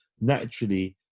naturally